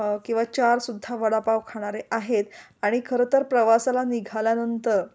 किंवा चारसुद्धा वडापाव खाणारे आहेत आणि खरं तर प्रवासाला निघाल्यानंतर